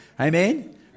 Amen